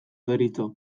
deritzo